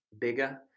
bigger